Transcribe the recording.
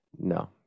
No